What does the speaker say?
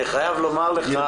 אני חייב לומר לך,